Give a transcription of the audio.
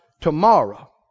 tomorrow